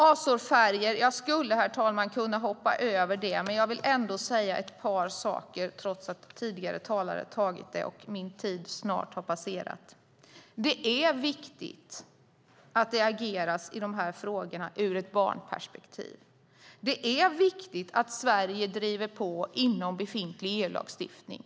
Azofärgerna skulle jag, herr talman, kunna hoppa över, men jag vill dock säga ett par saker trots att tidigare talare tagit upp dem och min talartid snart är slut. Det är viktigt att i dessa frågor agera ur ett barnperspektiv. Det är viktigt att Sverige driver på inom befintlig EU-lagstiftning.